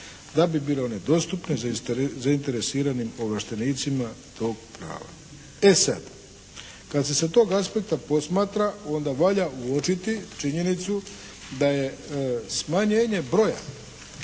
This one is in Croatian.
da bi bile one dostupne zainteresiranim ovlaštenicima tog prava. E sad, kad se sa tog aspekta posmatra onda valja uočiti činjenicu da je smanjenje broja